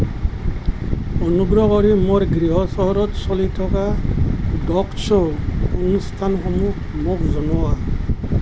অনুগ্ৰহ কৰি মোৰ গৃহ চহৰত চলি থকা ডগ শ্ব' অনুষ্ঠানসমূহ মোক জনোৱা